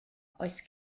oes